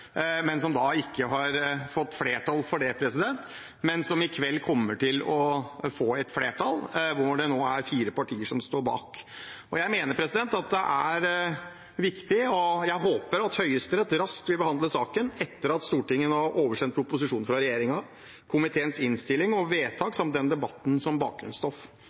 men som da ikke har fått flertall for det, men som i kveld kommer til å få et flertall som det nå er fire partier som står bak. Jeg mener det er viktig, og jeg håper Høyesterett raskt vil behandle saken etter at Stortinget har oversendt proposisjonen fra regjeringen, komiteens innstilling og vedtak samt denne debatten som